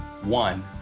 one